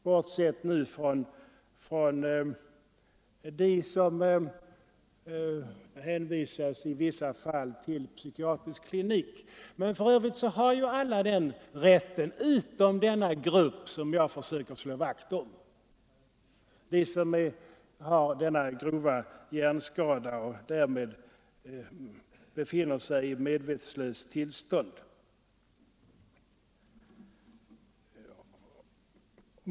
Bortsett från dem som i vissa fall hänvisas till psykiatrisk klinik har alla den rätten — utom denna grupp, som jag försöker slå vakt om: de som har denna grova hjärnskada och därmed befinner sig i medvetslöst tillstånd.